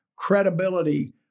credibility